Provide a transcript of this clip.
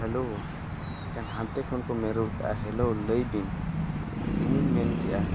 hello ᱦᱟᱱᱛᱮ ᱠᱷᱚᱱᱠᱚ ᱢᱮᱱ ᱨᱩᱣᱟᱹᱲ ᱟᱠᱟᱫᱟ ᱦᱮᱞᱳ ᱢᱟ ᱞᱟᱹᱭᱵᱤᱱ ᱤᱧᱤᱧ ᱢᱮᱱᱠᱮᱫᱼᱟ